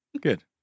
Good